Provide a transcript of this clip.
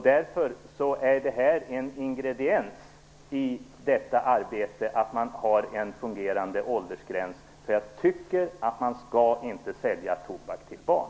Därför är det en ingrediens i detta arbete att man har en fungerande åldersgräns. Jag anser nämligen att man inte skall sälja tobak till barn.